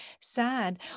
sad